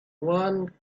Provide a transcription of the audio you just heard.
one